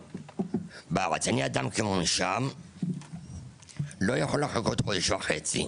אני, כאדם מונשם, לא יכול לחכות חודש וחצי.